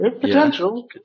Potential